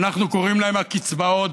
אנחנו קוראים להם הקצבאות.